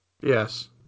Yes